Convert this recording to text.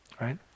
right